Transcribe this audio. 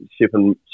shipping